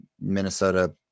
Minnesota